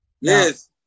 Yes